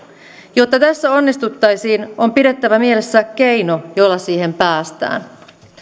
jotta tässä onnistuttaisiin on pidettävä mielessä keino jolla siihen päästään